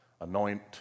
anoint